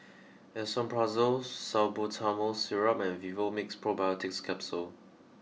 Esomeprazole Salbutamol Syrup and Vivomixx Probiotics Capsule